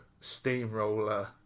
steamroller